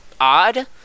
odd